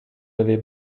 avez